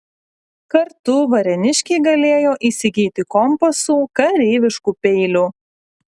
kartu varėniškiai galėjo įsigyti kompasų kareiviškų peilių